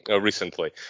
recently